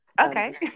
Okay